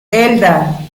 elda